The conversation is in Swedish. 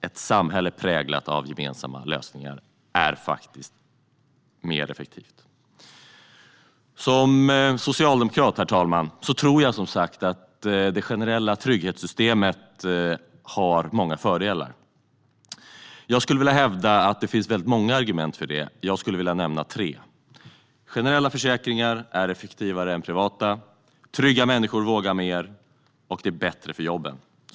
Ett samhälle präglat av gemensamma lösningar är faktiskt mer effektivt. Som socialdemokrat tror jag, som sagt, att det generella trygghetssystemet har många fördelar. Jag skulle vilja hävda att det finns många argument för det, och jag ska nämna tre. Generella försäkringar är effektivare än privata, trygga människor vågar mer och det är bättre för jobben.